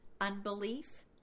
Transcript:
unbelief